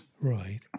Right